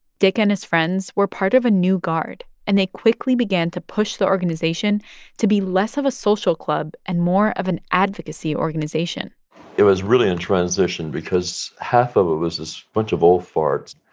dick and his friends were part of a new guard, and they quickly began to push the organization to be less of a social club and more of an advocacy organization it was really in transition because half of it was this bunch of old farts,